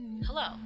hello